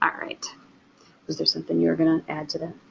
um right is there something you were going to add to that?